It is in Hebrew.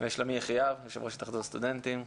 שלומי יחיאב, יושב ראש התאחדות הסטודנטים.